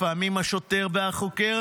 לפעמים השוטר והחוקר,